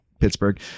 Pittsburgh